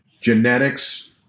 genetics